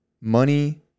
Money